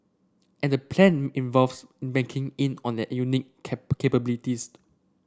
and the plan involves banking in on their unique cap capabilities